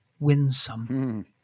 winsome